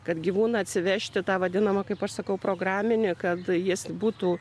kad gyvūną atsivežti tą vadinamą kaip aš sakau programinį kad jis būtų